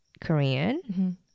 Korean